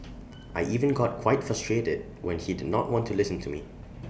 I even got quite frustrated when he did not want to listen to me